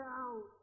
out